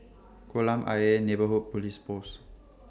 Kolam Ayer Neighbourhood Police Post